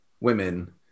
women